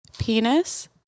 Penis